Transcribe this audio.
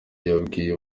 yabwiye